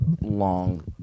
long